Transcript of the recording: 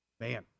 man